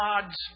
God's